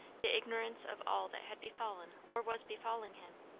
the ignorance of all that had befallen or was befalling him,